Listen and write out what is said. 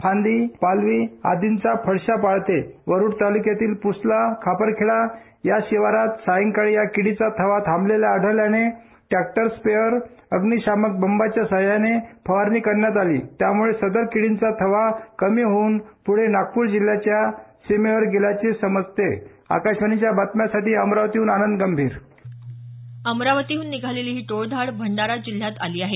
खांदी पालवे आदींचा फरशा पाळते वरुड तालुक्यातील प्सला खापरखेडा या शिवारात सायंकाळी या किडीचा अथवा थांबलेल्या आढळल्याने ट्रॅक्टर स्पेअर अग्निशामक बंबाच्या सहाय्याने फवारणी करण्यात आली त्यामुळे सदर किडींचा अथवा कमी होऊन पूढे नागपूर जिल्ह्याच्या सीमेवर गेल्याचे समजते आकाशवाणीच्या बातम्यासाठी अमरावतीहून आनंद गंभीर अमरावतीहून निघालेली ही टोळधाड भंडारा जिल्ह्यात आली आहे